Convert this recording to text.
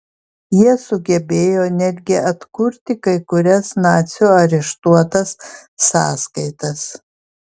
jie sugebėjo netgi atkurti kai kurias nacių areštuotas sąskaitas